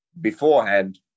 beforehand